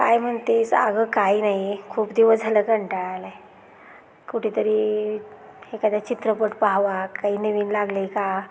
काय म्हणते आहेस अगं काही नाही खूप दिवस झालं कंटाळा आला आहे कुठेतरी एखाद्या चित्रपट पाहावा काही नवीन लागलं आहे का